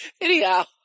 Anyhow